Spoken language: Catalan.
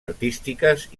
artístiques